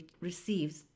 receives